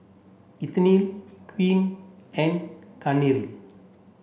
Ethyle Queen and Kathryn